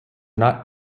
not